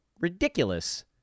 Ridiculous